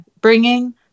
Bringing